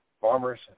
farmers